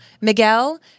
Miguel